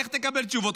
איך תקבל תשובות?